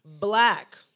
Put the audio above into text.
Black